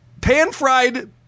pan-fried